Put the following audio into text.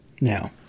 Now